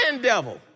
devil